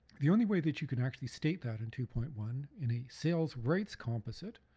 the only way that you can actually state that in two point one in a sales rights composite